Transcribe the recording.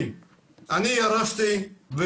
אני צודק או